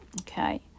Okay